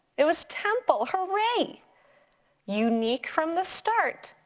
it was temple, hooray. unique from the start,